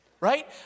right